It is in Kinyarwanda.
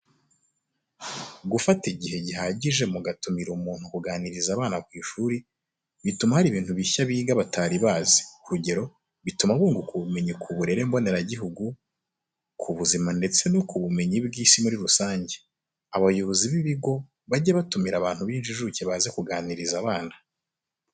Gufata igihe gihagije mu gatumira umuntu kuganiriza abana ku ishuri, bituma hari ibintu bishya biga batari babizi. Urugero, bituma bunguka ubumenyi ku uburere mboneragihugu, ku ubuzima ndetse no ku bumenyi bw'isi muri rusange. Abayobozi b'ibigo bajye batumira abantu b'injijuke baze kuganiriza abana.